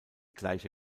gleiche